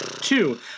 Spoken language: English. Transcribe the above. Two